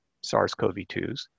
SARS-CoV-2s